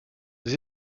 des